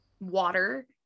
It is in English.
water